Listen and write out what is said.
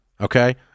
okay